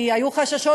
כי היו חששות,